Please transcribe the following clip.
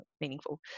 meaningful